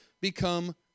become